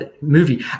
movie